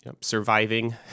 surviving